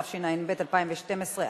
התשע"ב 2012,